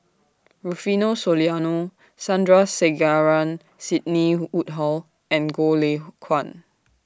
Rufino Soliano Sandrasegaran Sidney Woodhull and Goh Lay Kuan